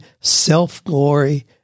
self-glory